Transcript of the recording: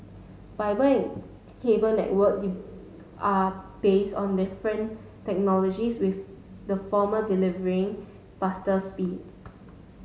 fibre and cable network are base on different technologies with the former delivering faster speed